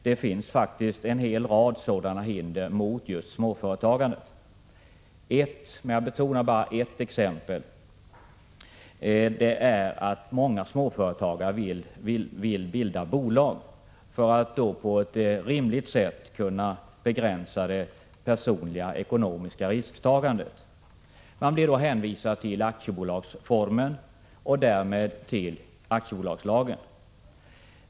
Det finns faktiskt en hel rad sådana hinder mot just småföretagande. Ett exempel — jag betonar att det är bara ett exempel — är att många småföretagare vill bilda bolag för att på ett rimligt sätt kunna begränsa det personliga ekonomiska risktagandet. Man blir då hänvisad till aktiebolagsformen och därmed till aktiebolagslagen.